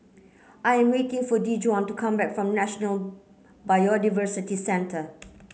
I am waiting for Dejuan to come back from National Biodiversity Centre